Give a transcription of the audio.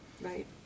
Right